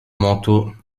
mentaux